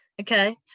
Okay